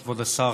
כבוד השר,